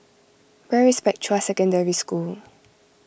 where is Spectra Secondary School